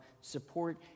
support